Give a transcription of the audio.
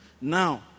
Now